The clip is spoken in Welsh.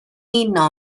uno